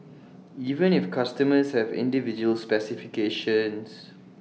even if customers have individual specifications